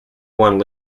one